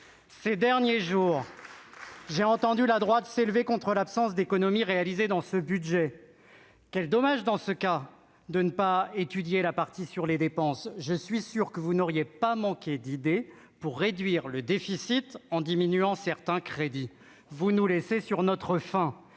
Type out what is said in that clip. Ces derniers jours, j'ai entendu la droite s'élever contre l'absence d'économies réalisées dans le budget. Quel dommage dans ce cas de ne pas étudier la partie sur les dépenses ! Je suis sûr que vous n'auriez pas manqué d'idées pour réduire le déficit en diminuant certains crédits. Vous nous laissez sur notre faim